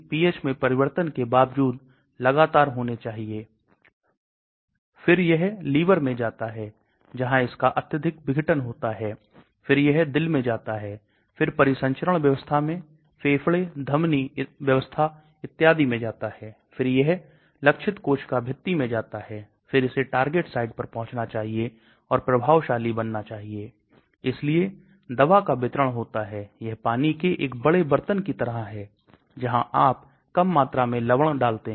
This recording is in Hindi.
गैर ध्रुवीय साइड चेन जोड़ें या prodrug जोड़ें इसका मतलब यह एक मिश्रण है यह दवा नहीं है जिसका अर्थ है कि इसके पास कोई गतिविधि नहीं है जब यह शरीर के अंदर जाता है यह टूट जाता है और दवा निकल जाती है जो की एक दवा के रूप में कार्य करना शुरू करती है इसको prodrug कहां जाता है